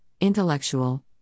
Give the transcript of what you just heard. intellectual